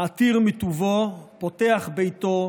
מעתיר מטובו, פותח ביתו,